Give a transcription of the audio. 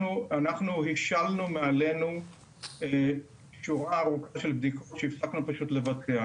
אנחנו השלנו מעלינו שורה ארוכה של בדיקות שהפסקנו פשוט לבצע.